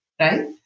right